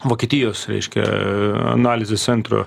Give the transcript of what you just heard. vokietijos reiškia analizės centro